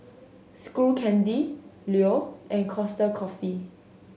Skull Candy Leo and Costa Coffee